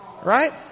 Right